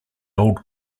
old